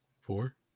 Four